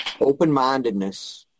Open-mindedness